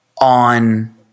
on